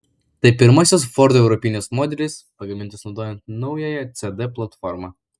tai pirmasis ford europinis modelis pagamintas naudojant naująją cd platformą